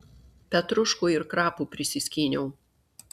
petruškų ir krapų prisiskyniau